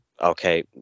okay